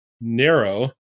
narrow